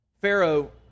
Pharaoh